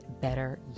better